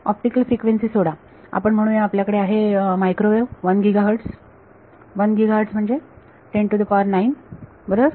optical frequency सोडा आपण म्हणूया आपल्याकडे आहे microwave 1 gigahertz 1 gigahertz म्हणजे 10 टू द पॉवर 9 बरोबर